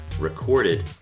Recorded